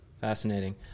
Fascinating